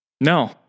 No